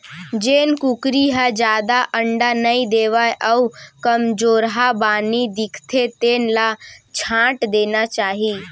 जेन कुकरी ह जादा अंडा नइ देवय अउ कमजोरहा बानी दिखथे तेन ल छांट देना चाही